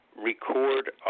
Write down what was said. record